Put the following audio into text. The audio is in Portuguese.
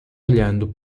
olhando